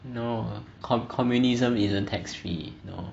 no comm~ communism isn't tax free no